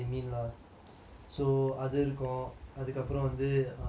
so அது இருக்கு அதுக்கப்பறம் வந்து:adhu irukku adhukaparam vandhu